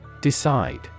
Decide